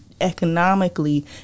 economically